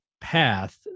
path